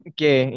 Okay